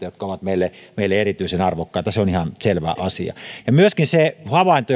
jotka ovat meille meille erityisen arvokkaita jopa tuhoutuisi sen myötä se on ihan selvä asia täällä tuli myös se havainto